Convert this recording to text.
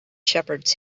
shepherds